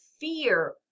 fear